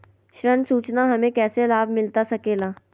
ऋण सूचना हमें कैसे लाभ मिलता सके ला?